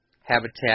habitat